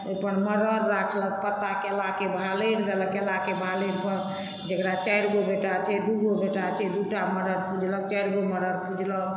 ओहिपर मरड़ राखलक पत्ता केलाके भालरि देलक केलाके भालरि दऽ जकरा चारिगो बेटा छै दू टा बेटा छै दू टा मरड़ पुजलक चारिगो मरड़ पुजलक